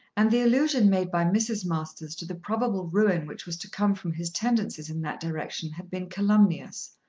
and the allusion made by mrs. masters to the probable ruin which was to come from his tendencies in that direction had been calumnious,